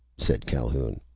said calhoun.